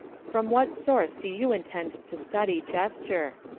from what source do you intend to study gesture?